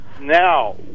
now